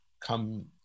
come